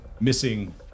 missing